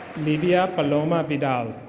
levia paloma vidal.